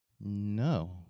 No